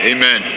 Amen